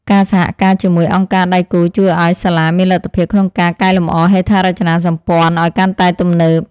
ការសហការជាមួយអង្គការដៃគូជួយឱ្យសាលាមានលទ្ធភាពក្នុងការកែលម្អហេដ្ឋារចនាសម្ព័ន្ធឱ្យកាន់តែទំនើប។